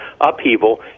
upheaval